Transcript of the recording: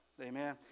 Amen